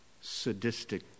sadistic